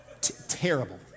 Terrible